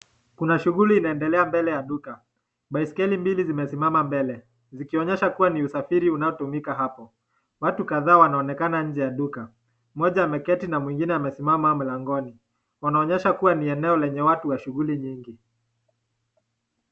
Kuna shughuli inaendelea mbele ya duka. Baiskeli mbili zimesimama mbele, zikionyesha kuwa ni usafiri unaotumika hapo. Watu kadhaa wanaoneka nje ya duka. Mmoja ameketi na mwingine amesimama mlangoni. Wanaonyesha kuwa ni eneo lenye watu wa shughuli nyingi.